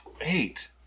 Eight